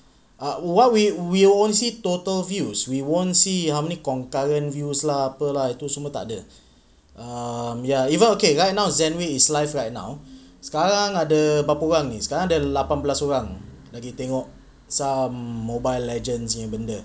ah what we we won't see total views we won't see how many concurrent views lah apa lah itu semua tak ada um ya even okay right now zenway is live right now sekarang ada berapa orang ni sekarang ada lapan belas orang lagi tengok some mobile legends punya benda